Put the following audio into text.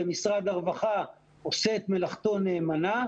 ומשרד הרווחה עושה מלאכתו נאמנה,